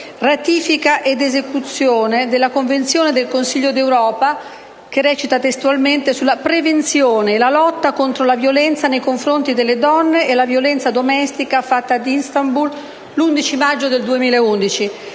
«Ratifica ed esecuzione della Convenzione del Consiglio d'Europa sulla prevenzione e la lotta contro la violenza nei confronti delle donne e la violenza domestica, fatta a Istanbul l'11 maggio 2011»